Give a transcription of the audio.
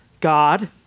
God